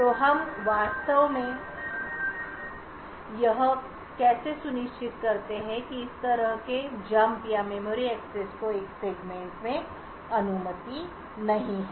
तो हम वास्तव में यह कैसे सुनिश्चित करते हैं कि इस तरह के कूदया मेमोरी एक्सेस को एक सेगमेंट में अनुमति नहीं है